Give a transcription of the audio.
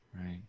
Right